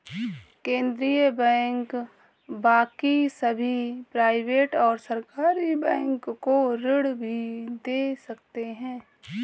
केन्द्रीय बैंक बाकी सभी प्राइवेट और सरकारी बैंक को ऋण भी दे सकते हैं